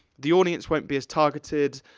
the audience won't be as targeted,